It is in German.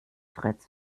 freds